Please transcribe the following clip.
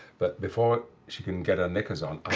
but before she can get her knickers on.